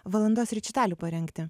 valandas rečitalių parengti